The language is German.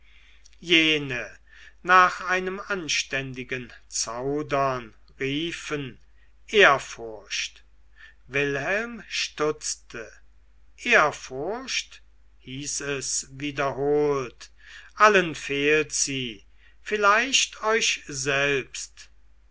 jene nach einem anständigen zaudern riefen ehrfurcht wilhelm stutzte ehrfurcht hieß es wiederholt allen fehlt sie vielleicht euch selbst